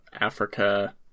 africa